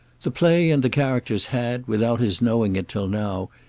the play and the characters had, without his knowing it till now,